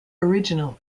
original